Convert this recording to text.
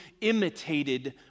imitated